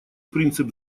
принцип